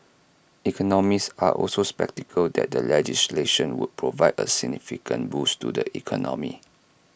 economists are also sceptical that the legislation would provide A significant boost to the economy